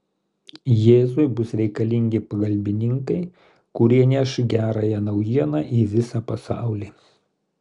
jėzui bus reikalingi pagalbininkai kurie neš gerąją naujieną į visą pasaulį